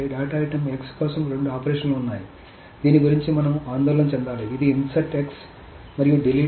data item x కోసం రెండు ఆపరేషన్లు ఉన్నాయి దీని గురించి మనం ఆందోళన చెందాలి ఇది ఇన్సర్ట్ మరియు డిలీట్